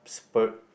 for